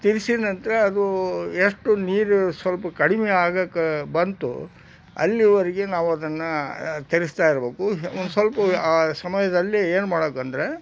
ತಿರುಗಿಸಿದ ನಂತರ ಅದು ಎಷ್ಟು ನೀರು ಸ್ವಲ್ಪ ಕಡಿಮೆ ಆಗಾಕೆ ಬಂತು ಅಲ್ಲಿವರೆಗೆ ನಾವು ಅದನ್ನು ತಿರುಗಿಸ್ತಾ ಇರಬೇಕು ಒಂದು ಸ್ವಲ್ಪ ಸಮಯದಲ್ಲಿ ಏನು ಮಾಡ್ಬೇಕು ಅಂದರೆ